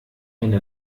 eine